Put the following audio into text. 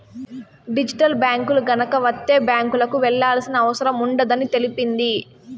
digital బ్యాంకులు గనక వత్తే బ్యాంకులకు వెళ్లాల్సిన అవసరం ఉండదని తెలిపింది